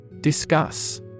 Discuss